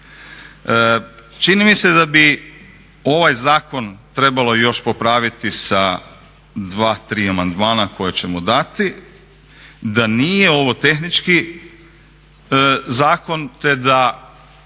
Čini mi se da bi ovaj zakon trebalo još popraviti sa 2, 3 amandmana koja ćemo dati da nije ovo tehnički zakon te da